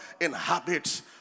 inhabits